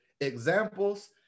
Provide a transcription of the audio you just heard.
examples